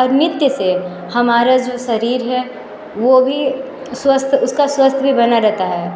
और नृत्य से हमारा जो शरीर है वो भी स्वस्थ उसका स्वस्थ्य भी बना रहता है